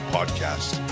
Podcast